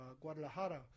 Guadalajara